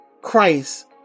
Christ